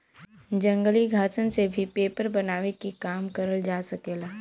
जंगली घासन से भी पेपर बनावे के काम करल जा सकेला